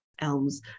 elms